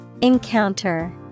Encounter